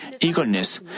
eagerness